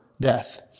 death